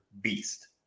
Beast